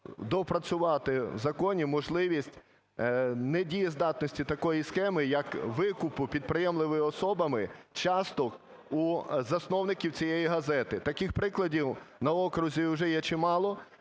доопрацювати в законі можливість недієздатності такої схеми, як викупу підприємливими особами часток у засновників цієї газети. Таких прикладів на окрузі вже є чимало.